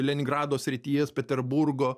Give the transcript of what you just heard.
leningrado srities peterburgo